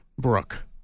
Brooke